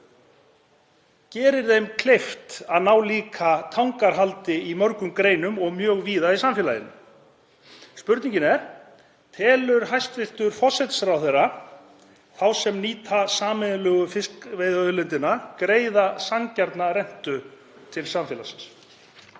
geri þeim líka kleift að ná tangarhaldi í mörgum greinum og mjög víða í samfélaginu. Spurningin er: Telur hæstv. forsætisráðherra þá sem nýta sameiginlegu fiskveiðiauðlindina greiða sanngjarna rentu til samfélagsins?